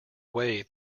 way